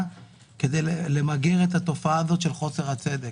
כדי למגר את התופעה הזאת של חוסר הצדק.